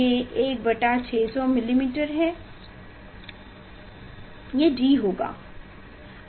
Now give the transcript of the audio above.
ये 1600 मिलीमीटर है वह d होगा